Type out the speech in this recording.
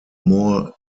more